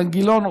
אילן גילאון,